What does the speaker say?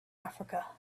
africa